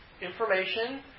information